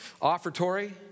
offertory